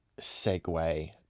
segue